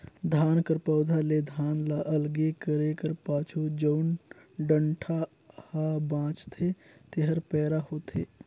धान कर पउधा ले धान ल अलगे करे कर पाछू जउन डंठा हा बांचथे तेहर पैरा होथे